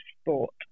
sport